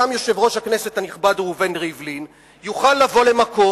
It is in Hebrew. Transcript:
גם יושב-ראש הכנסת הנכבד ראובן ריבלין יוכל לבוא למקום